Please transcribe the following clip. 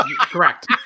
Correct